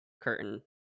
curtain